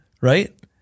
right